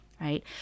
right